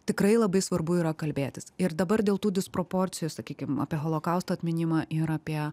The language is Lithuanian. tikrai labai svarbu yra kalbėtis ir dabar dėl tų disproporcijų sakykim apie holokausto atminimą ir apie